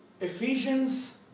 Ephesians